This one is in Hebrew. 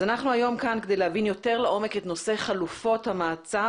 אנחנו היום כאן כדי להבין יותר לעומק את נושא חלופות המעצר,